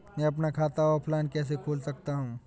मैं अपना खाता ऑफलाइन कैसे खोल सकता हूँ?